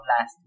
last